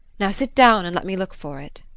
now sit down and let me look for it.